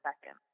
second